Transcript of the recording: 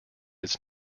its